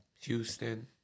Houston